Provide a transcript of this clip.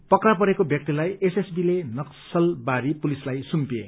पक्रा परेको व्यक्तिलाई एसएसबीले नक्सलबारी पुलिसलाई सुम्पिए